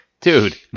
Dude